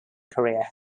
career